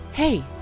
Hey